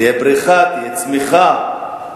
תהיה פריחה, תהיה צמיחה.